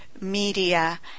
media